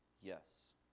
yes